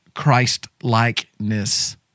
Christ-likeness